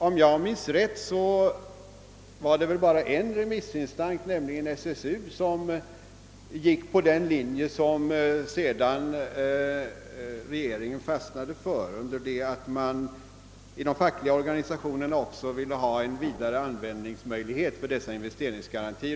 Om jag minns rätt var det bara en remissinstans, nämligen SSU, som gick på den linje som regeringen sedan fastnade för, under det att de fackliga organisationerna ville ha vidare användningsmöjligheter för investeringsgarantierna.